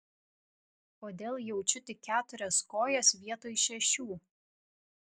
kodėl jaučiu tik keturias kojas vietoj šešių